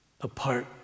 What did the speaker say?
Apart